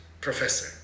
professor